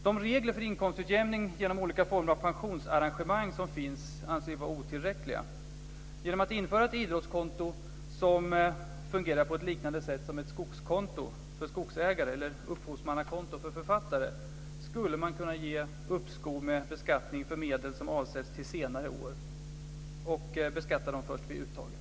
De regler för inkomstutjämning genom olika former av pensionsarrangemang som finns anser vi vara otillräckliga. Genom införandet av idrottskonto, som fungerar på ett liknande sätt som ett skogskonto för skogsägare eller upphovsmannakonto för författare, skulle man kunna ge uppskov med beskattning för medel som avsätts till senare år och beskatta dem först vid uttaget.